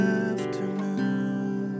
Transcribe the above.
afternoon